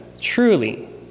Truly